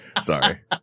Sorry